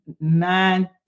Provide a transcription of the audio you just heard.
nine